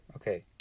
okay